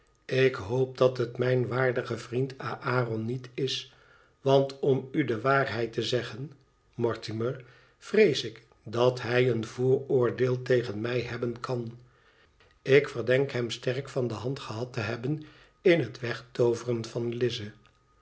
ik hoop dat het mijn waardige vriend aron niet is want om u de waarheid te zeggenmortimer vrees ik dat hij een vooroordeel tegen mij hebben kan ik verdenk hem sterk van de hand gehad te hebben in het wegtooveren van lize